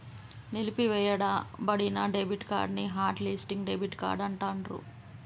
నిలిపివేయబడిన debit card ని hot listing debit card అంటాండ్రు